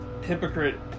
hypocrite